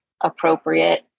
appropriate